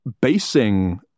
basing